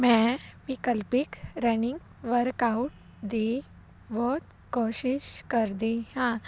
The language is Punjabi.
ਮੈਂ ਵਿਲਕਪਿਕ ਰਨਿੰਗ ਵਰਕਆਊਟ ਦੀ ਬਹੁਤ ਕੋਸ਼ਿਸ਼ ਕਰਦੀ ਹਾਂ